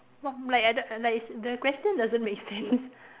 what bl~ I don't I like is the question doesn't make sense